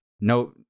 no